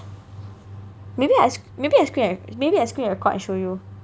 maybe I sc~ maybe I screen maybe I screen record and show you